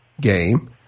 game